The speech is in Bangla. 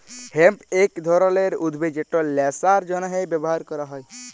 হেম্প ইক ধরলের উদ্ভিদ যেট ল্যাশার জ্যনহে ব্যাভার ক্যরা হ্যয়